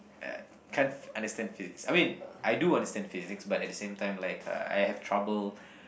I can't understand Physics I mean I do understand Physics but at the same times like I have trouble